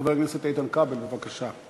חבר הכנסת איתן כבל, בבקשה.